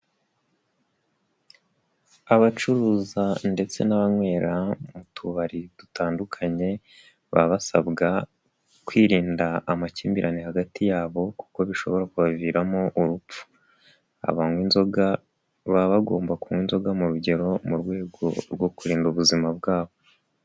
Abacuruza ndetse n'abanywera mu tubari dutandukanye, baba basabwa kwirinda amakimbirane hagati yabo, kuko bishobora kubaviramo urupfu. Abanywa inzoga baba bagomba kunywa inzoga mu rugero, mu rwego rwo kurinda ubuzima bwabo.